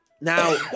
now